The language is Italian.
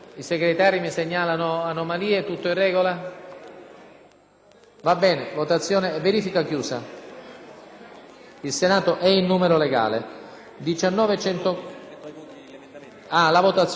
Il Senato è in numero legale.